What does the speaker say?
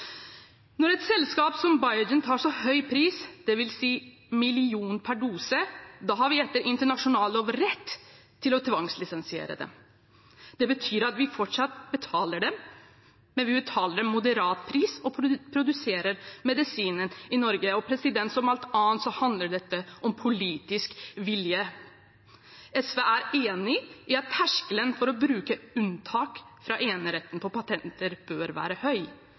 Når et selskap som Biogen tar så høy pris, det vil si 1 mill. kr per dose, har vi etter internasjonal lov rett til å tvangslisensiere. Det betyr at vi fortsatt betaler dem, men vi betaler en moderat pris og produserer medisinen i Norge. Og som alt annet handler dette om politisk vilje. SV er enig i at terskelen for å bruke unntak fra eneretten på patenter bør være høy,